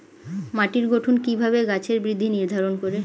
মাটির গঠন কিভাবে গাছের বৃদ্ধি নির্ধারণ করে?